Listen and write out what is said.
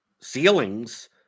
ceilings